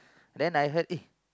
then I heard eh